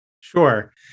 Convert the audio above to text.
sure